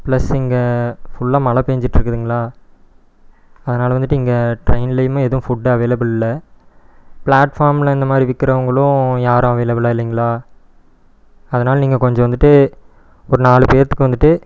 plus இங்கே ஃபுல்லாக மழை பேஞ்சிட்டுருக்குதுங்களா அதனால வந்துவிட்டு இங்கே ட்ரெயின்லயுமே எதும் ஃபுட்டு அவைலபிள் இல்லை ப்ளாட்ஃபார்மில் இந்த மாரி விற்கிறவங்களும் யாரும் அவைலபிளாக இல்லைங்களா அதனால நீங்கள் கொஞ்சம் வந்துவிட்டு ஒரு நாலு பேர்த்துக்கு வந்துவிட்டு